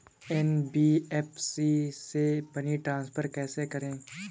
NBFC से money transfer कैसे करें?